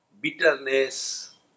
bitterness